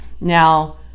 now